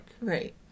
right